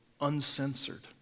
Uncensored